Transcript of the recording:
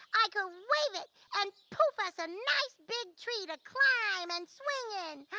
i could wave it and poof us a nice big tree to climb and swing in.